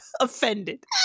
offended